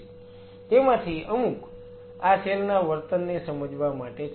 તેમાંથી અમુક આ સેલ ના વર્તનને સમજવા માટે છે